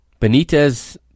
Benitez